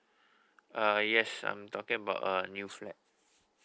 uh yes I'm talking about a new flat